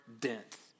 dense